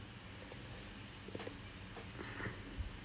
அந்த போன வர்ஷம்:antha pona varsham band wing eh வந்து:vanthu they were so shock